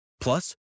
Plus